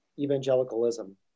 evangelicalism